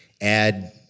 add